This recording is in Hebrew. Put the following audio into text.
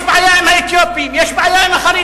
אמר יש בעיה עם האתיופים, יש בעיה עם החרדים.